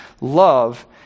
Love